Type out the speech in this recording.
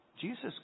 jesus